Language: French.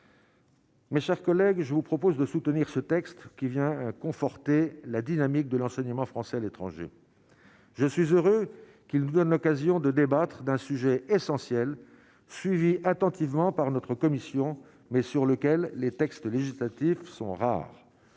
Mes chers collègues, je vous propose de soutenir ce texte, qui vient conforter la dynamique de l'enseignement français à l'étranger, je suis heureux qu'il nous donne l'occasion de débattre d'un sujet essentiel suivi attentivement par notre commission mais sur lequel les textes législatifs sont rares,